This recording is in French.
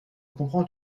comprends